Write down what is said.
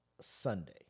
Sunday